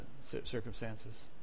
circumstances